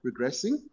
regressing